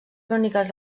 cròniques